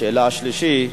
שאלה שלישית,